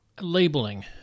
labeling